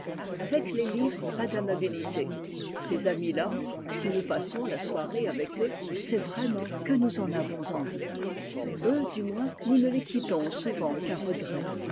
avec les livres pas d'amabilité ces amis là si nous passons la soirée avec eux c'est vraiment que nous en avons envie eux du moins nous ne les quittons souvent qu'à regret